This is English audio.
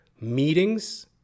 Meetings